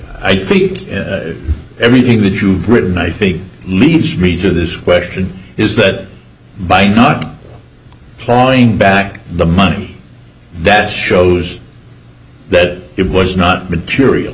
i think that everything that you've written i think leads me to this question is that by not following back the money that shows that it was not material